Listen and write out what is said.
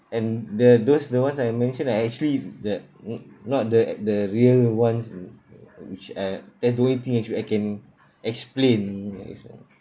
and the those the ones I mentioned I actually that mm not the the real ones mm mm which I that's the only thing which I can explain